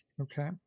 Okay